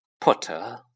Potter